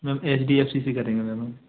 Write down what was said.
ma'am H D F C करेंगे ma'am हम